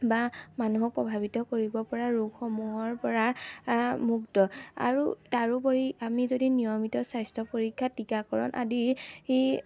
বা মানুহক প্ৰভাৱিত কৰিব পৰা ৰোগসমূহৰ পৰা মুক্ত আৰু তাৰোপৰি আমি যদি নিয়মিত স্বাস্থ্য পৰীক্ষাত টীকাকৰণ আদি ই